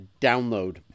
download